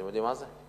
אתם יודעים מה זה?